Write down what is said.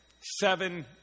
Seven